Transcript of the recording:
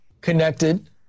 connected